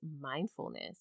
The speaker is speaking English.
mindfulness